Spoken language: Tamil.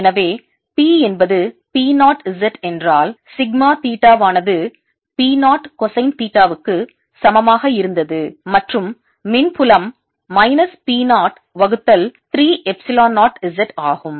எனவே P என்பது P நாட் z என்றால் சிக்மா தீட்டா ஆனது P நாட் cosine தீட்டாவுக்கு சமமாக இருந்தது மற்றும் மின் புலம் மைனஸ் P நாட் வகுத்தல் 3 எப்சிலான் 0 z ஆகும்